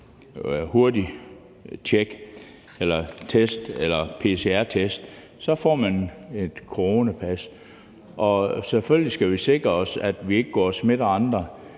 hurtig test eller en pcr-test – så får man et coronapas. Selvfølgelig skal vi sikre os, at vi ikke går og smitter andre.